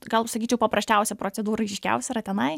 gal sakyčiau paprasčiausia procedūra aiškiausia yra tenai